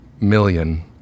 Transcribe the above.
million